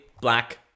black